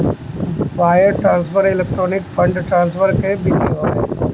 wire transfer electronic fund transfer कअ विधि हवे